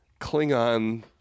Klingon